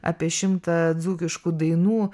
apie šimtą dzūkiškų dainų